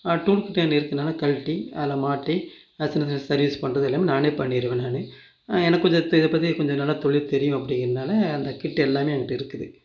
tool kit என்கிட்ட இருக்குன்னால் கழட்டி அதில் மாட்டி சின்னச் சின்ன சர்வீஸ் பண்றது எல்லாமே நானே பண்ணிடுவேன் நான் எனக்கு கொஞ்சம் இதை பற்றி கொஞ்சம் நல்ல தொழில் தெரியும் அப்படிங்கிறனால அந்த கிட்டு எல்லாமே என்கிட்ட இருக்குது